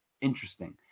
interesting